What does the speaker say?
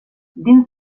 dins